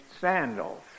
sandals